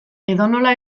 edonola